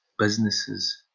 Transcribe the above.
businesses